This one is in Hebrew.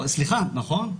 סליחה, נכון.